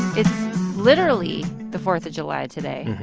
it's literally the fourth of july today.